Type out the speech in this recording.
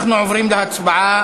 אנחנו עוברים להצבעה.